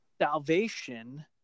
Salvation